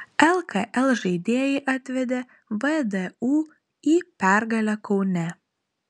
lkl žaidėjai atvedė vdu į pergalę kaune